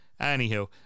Anywho